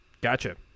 gotcha